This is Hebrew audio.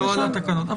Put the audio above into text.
לא התקנות.